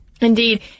Indeed